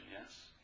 Yes